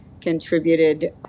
contributed